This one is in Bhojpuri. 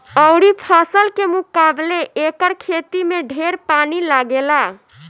अउरी फसल के मुकाबले एकर खेती में ढेर पानी लागेला